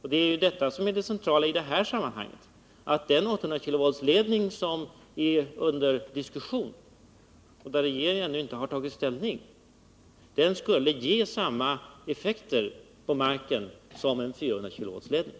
Det centrala i det här sammanhanget är ju att den 800-kV-ledning som är under diskussion — och där regeringen ännu inte har tagit ställning — skulle ge samma effekter på marken som en 400-kV-ledning.